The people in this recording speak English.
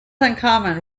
uncommon